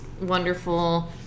wonderful